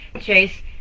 Chase